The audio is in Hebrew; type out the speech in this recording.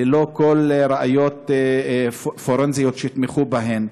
ללא כל ראיות פורנזיות שיתמכו בהן,